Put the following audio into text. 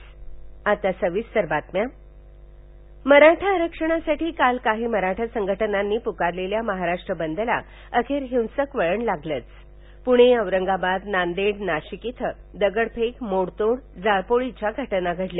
मराठा बारक्षण मराठा आरक्षणासाठी काल काही मराठा संघटनांनी पुकारलेल्या महाराष्ट्र बंदला अखेर हिंसक बळण लागलंच पुणे बौरंगाबाद नविड नाशिक इथे दगडफेक मोडतोड जाळपोळीच्या घटना घडल्या